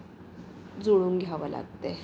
जुळवून घ्यावं लागते